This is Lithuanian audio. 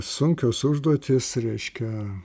sunkios užduotys reiškia